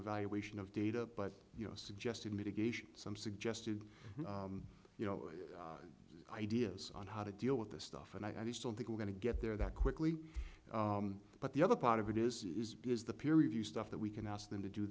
of valuation of data but you know suggested mitigation some suggested you know ideas on how to deal with this stuff and i just don't think we're going to get there that quickly but the other part of it is is because the peer review stuff that we can ask them to do